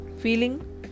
feeling